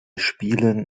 spielen